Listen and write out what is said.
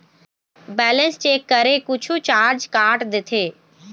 Balance check करें कुछू charge काट देथे?